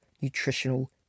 nutritional